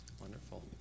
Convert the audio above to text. Wonderful